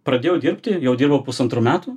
pradėjau dirbti jau dirbau pusantrų metų